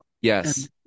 yes